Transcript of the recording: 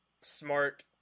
smart